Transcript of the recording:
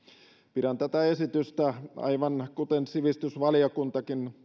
pidän tätä esitystä aivan kuten sivistysvaliokuntakin